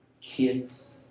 Kids